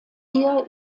ihr